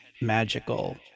magical